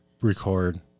record